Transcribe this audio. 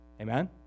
Amen